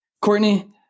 Courtney